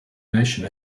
nation